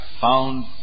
found